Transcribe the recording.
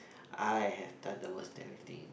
I have done the most daring thing